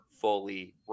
fully